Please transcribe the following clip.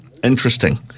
interesting